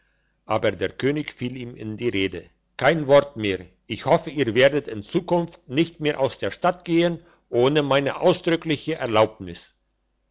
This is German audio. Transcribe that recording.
aber der könig fiel ihm in die rede kein wort mehr ich hoffe ihr werdet in zukunft nicht mehr aus der stadt gehen ohne meine ausdrückliche erlaubnis